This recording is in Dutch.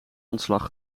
ontslag